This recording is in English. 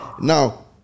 Now